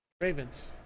Ravens